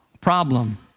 problem